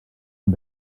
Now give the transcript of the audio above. von